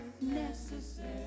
necessary